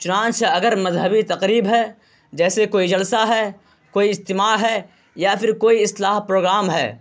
چنانچہ اگر مذہبی تقریب ہے جیسے کوئی جلسہ ہے کوئی اجتماع ہے یا پھر کوئی اصلاح پروگرام ہے